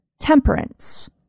temperance